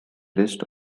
list